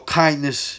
kindness